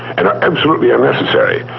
and are absolutely unnecessary.